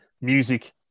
music